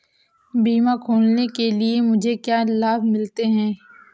बीमा खोलने के लिए मुझे क्या लाभ मिलते हैं?